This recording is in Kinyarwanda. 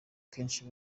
akenshi